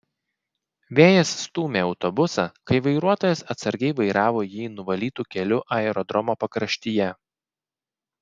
vėjas stūmė autobusą kai vairuotojas atsargiai vairavo jį nuvalytu keliu aerodromo pakraštyje